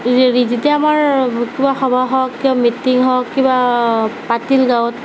হেৰি যেতিয়া আমাৰ কিবা সভা হওক কিবা মিটিং হওক কিবা পাতিলে গাঁৱত